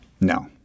No